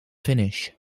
finish